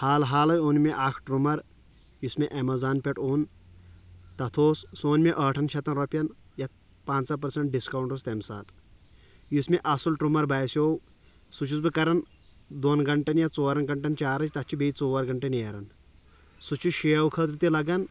حالہٕ حالٕے اوٚن مےٚ اکھ ٹٕرٛمر یُس مےٚ اٮ۪میزان پٮ۪ٹھ اوٚن تتھ اوس سُہ اوٚن مےٚ ٲٹھن شیٚتن رۄپین یتھ پانژہ پٔرسنٛٹ ڈسکاونٹ اوس تمہِ ساتہٕ یُس مےٚ اصل ٹرمر باسیو سُہ چھُس بہٕ کران دۄن گنٹن یا ژورن گنٹن چارٕج تتھ چھِ بیٚیہِ ژور گنٹہٕ نیران سُہ چھِ شیو خٲطرٕ تہِ لگان